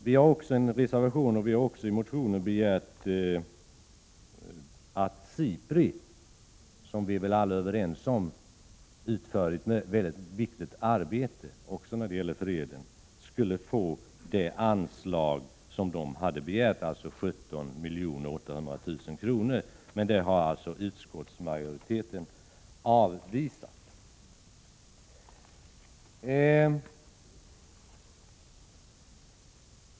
Vi har i motionen också begärt att SIPRI, som utför ett mycket viktigt arbete — det är vi väl alla överens om — också när det gäller freden, skulle få det anslag som man hade begärt, alltså 17 800 000 kr. Men det har utskottsmajoriteten alltså avvisat.